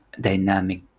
dynamic